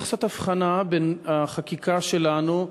צריך לעשות הבחנה בין החקיקה שלנו,